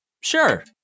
Sure